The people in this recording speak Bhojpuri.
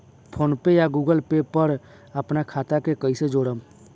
फोनपे या गूगलपे पर अपना खाता के कईसे जोड़म?